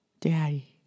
Daddy